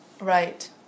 Right